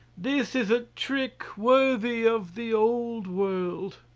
this is a trick worthy of the old world!